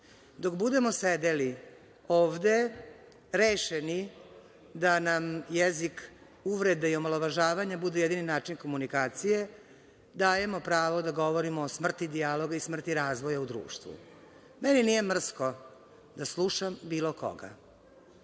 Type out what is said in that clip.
Dok budemo sedeli ovde rešeni da nam jezik uvrede i omalovažavanja bude jedini način komunikacije, dajemo pravo da govorimo o smrti dijaloga i smrti razvoja u društvu. Meni nije mrsko da slušam bilo koga.